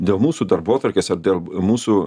dėl mūsų darbotvarkės ar dėl mūsų